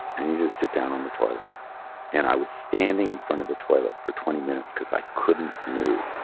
i needed to sit down on the toilet and i was standing in front of the toilet for twenty minutes because i couldn't move,